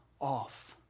off